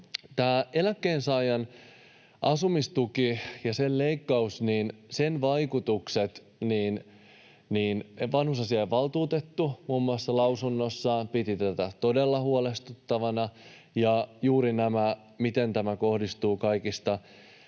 eläkkeensaajan asumistuen leikkauksen vaikutuksia muun muassa vanhusasiavaltuutettu lausunnossaan piti todella huolestuttavana, ja juuri tämä, miten tämä kohdistuu kaikista